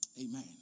Amen